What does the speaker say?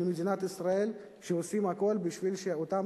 ממדינת ישראל שעושות הכול בשביל שאותם